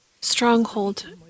stronghold